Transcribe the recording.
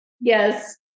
Yes